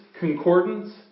Concordance